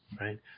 Right